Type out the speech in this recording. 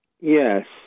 Yes